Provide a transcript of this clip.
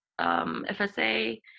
FSA